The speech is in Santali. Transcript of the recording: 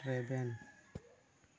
ᱨᱮᱵᱮᱱ